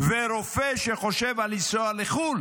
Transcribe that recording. ורופא שחושב לנסוע לחו"ל